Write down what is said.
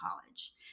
college